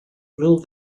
will